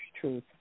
truth